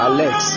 Alex